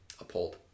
uphold